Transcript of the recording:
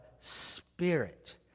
spirit